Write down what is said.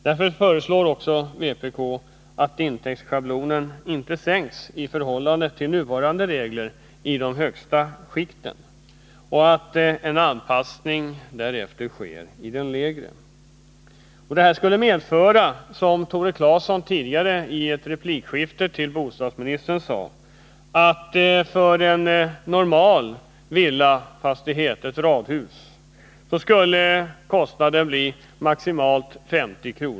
Därför föreslår vpk att intäktsschablonen i de högsta skikten inte sänks i förhållande till nuvarande regler och att en anpassning sker i de lägre skikten. Det skulle medföra, som Tore Claeson sade tidigare i en replik till bostadsministern, att kostnaderna för en normal villafastighet eller ett radhus enligt vårt förslag skulle bli maximalt 50 kr.